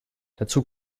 dazu